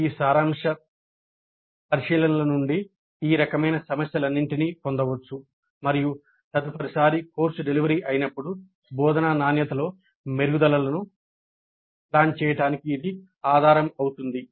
ఈ సారాంశ పరిశీలనల నుండి ఈ రకమైన సమస్యలన్నింటినీ పొందవచ్చు మరియు తదుపరిసారి కోర్సు డెలివరీ అయినప్పుడు బోధనా నాణ్యతలో మెరుగుదలలను ప్లాన్ చేయడానికి ఇది ఆధారం అవుతుంది